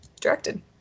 directed